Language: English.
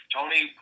Tony